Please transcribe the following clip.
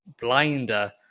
blinder